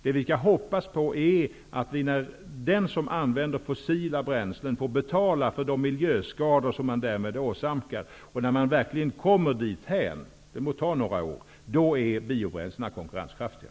Det vi kan hoppas på är att när vi verkligen kommit dithän att den som använder fossila bränslen får betala de miljöskador som man därmed åsamkar -- det må ta några år -- är biobränslena konkurrenskraftiga.